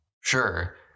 Sure